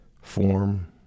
form